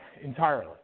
entirely